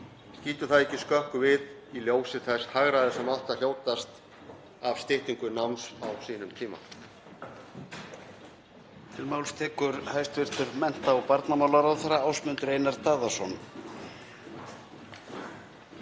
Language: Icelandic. Skýtur það ekki skökku við í ljósi þess hagræðis sem átti að hljótast af styttingu náms á sínum tíma?